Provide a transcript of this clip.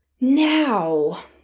Now